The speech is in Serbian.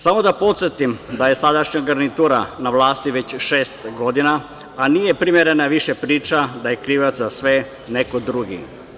Samo da podsetim da je sadašnja garnitura na vlasti već šest godina, a nije primerena više priča da je krivac za sve neko drugi.